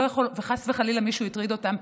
אם חס וחלילה מישהו מטריד אותן,